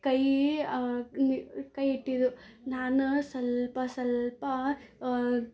ಕೈ ಕೈ ಇಟ್ಟಿದ್ದು ನಾನು ಸ್ವಲ್ಪ ಸ್ವಲ್ಪ